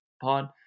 Pod